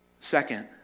Second